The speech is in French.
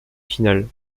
finales